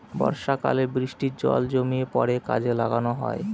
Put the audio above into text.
বর্ষাকালে বৃষ্টির জল জমিয়ে পরে কাজে লাগানো হয়